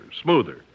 smoother